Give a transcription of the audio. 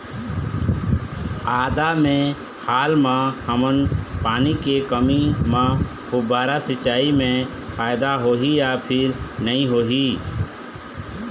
आदा मे हाल मा हमन पानी के कमी म फुब्बारा सिचाई मे फायदा होही या फिर नई होही?